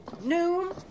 noon